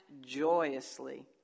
joyously